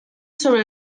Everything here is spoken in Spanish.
sobre